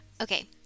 Okay